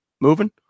moving